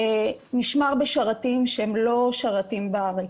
נשמר בשרתים שהם לא שרתים בארץ.